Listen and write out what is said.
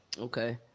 Okay